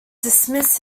dismiss